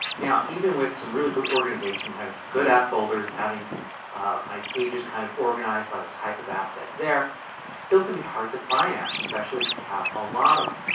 now even with some really good organization, having some good app folders, and having my pages kind of organized by the type of app that's there it still can be hard to find apps especially if you have a lot of them.